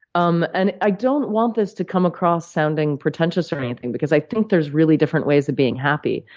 um and i don't want this to come across sounding pretentious or anything because i think there's really different ways of being happy.